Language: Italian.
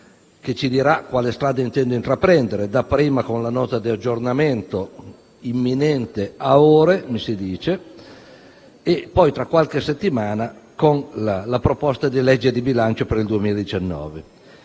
che ci dirà quale strada intende intraprendere, dapprima con la Nota di aggiornamento imminente - ad ore, come si dice - e poi, tra qualche settimana, con il disegno di legge di bilancio per il 2019.